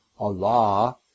Allah